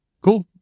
Cool